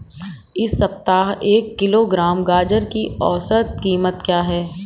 इस सप्ताह एक किलोग्राम गाजर की औसत कीमत क्या है?